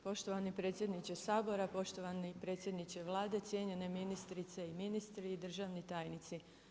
Poštovani predsjedniče Sabora, poštovani predsjedniče Vlade, cijenjene ministrice i ministri i državni tajnici.